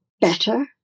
better